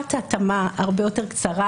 בדיקת ההתאמה הרבה יותר קצרה,